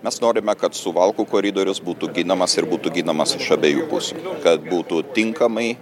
mes norime kad suvalkų koridorius būtų ginamas ir būtų ginamas iš abiejų pusių kad būtų tinkamai